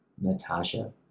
Natasha